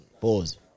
Pause